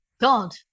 God